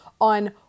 on